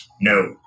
No